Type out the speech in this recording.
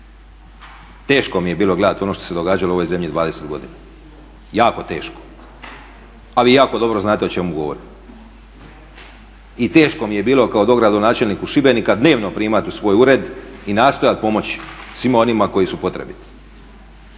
Teško mi je bilo gledati ono što se događalo u ovoj zemlji 20 godina, jako teško. A vi jako dobro znate o čemu govorim. I teško mi je bilo kao dogradonačelniku Šibenika dnevno primati u svoj ured i nastojati pomoći svima onima koji su potrebiti.